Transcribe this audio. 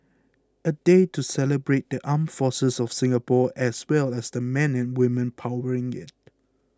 a day to celebrate the armed forces of Singapore as well as the men and women powering it